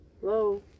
Hello